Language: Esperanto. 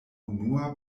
unua